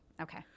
Okay